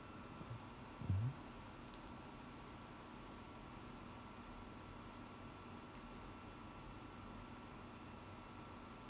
mmhmm